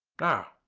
now,